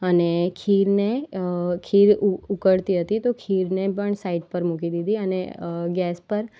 અને ખીરને ખીર ઉ ઉ ઉકળતી હતી તો ખીરને પણ સાઇડ પર મૂકી દીધી અને ગેસ પર